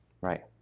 right